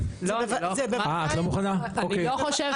לא, אני לא.